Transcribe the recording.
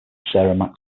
sarah